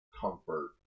comfort